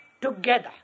together